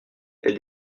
est